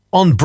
on